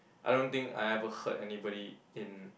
I don't think I ever hurt anybody in